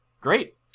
Great